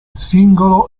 singolo